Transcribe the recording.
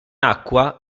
acqua